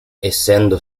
essendo